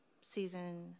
season